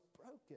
broken